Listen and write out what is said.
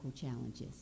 challenges